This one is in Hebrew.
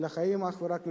אלא חיים אך ורק מתמלוגים,